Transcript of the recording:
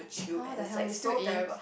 how the hell it's still A